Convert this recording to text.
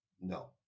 No